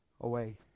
away